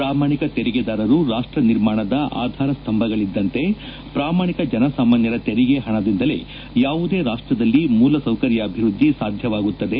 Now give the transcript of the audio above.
ಪ್ರಾಮಾಣಿಕ ತೆರಿಗೆದಾರರು ರಾಷ್ಟ ನಿರ್ಮಾಣದ ಆಧಾರ ಸ್ತಂಭಗಳದ್ದಂತೆ ಪ್ರಾಮಾಣಿಕ ಜನಸಾಮಾನ್ನರ ತೆರಿಗೆ ಹಣದಿಂದಲೇ ಯಾವುದೇ ರಾಷ್ಟದಲ್ಲಿ ಮೂಲಸೌಕರ್ಕಾಭಿವೃದ್ದಿ ಸಾಧ್ಯವಾಗುತ್ತದೆ